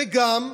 וגם,